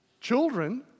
children